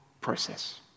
process